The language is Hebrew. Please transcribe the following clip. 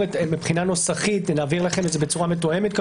מבחינה נוסחית נעביר לכם את זה בצורה מתואמת.